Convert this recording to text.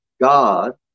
God